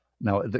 Now